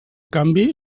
canvi